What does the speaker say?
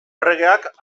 erregeak